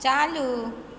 चालू